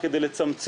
אי אפשר להתערב ככה.